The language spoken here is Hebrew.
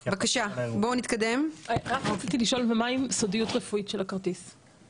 מה עם סודיות רפואית של הכרטיס?